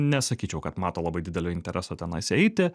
nesakyčiau kad mato labai didelio intereso tenais eiti